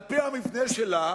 על-פי המבנה שלה